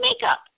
makeup